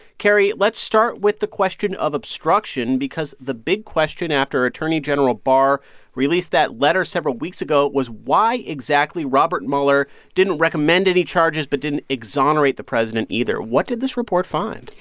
carrie, let's start with the question of obstruction because the big question after attorney general barr released that letter several weeks ago was why exactly robert mueller didn't recommend any charges but didn't exonerate the president, either. what did this report find?